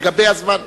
לגבי הזמן.